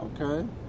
okay